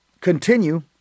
continue